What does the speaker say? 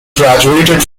graduated